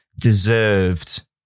deserved